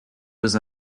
was